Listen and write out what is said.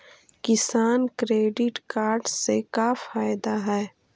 किसान credit card से का फायदा है?